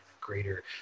greater